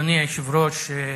אדוני היושב-ראש,